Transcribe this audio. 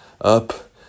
up